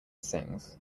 sings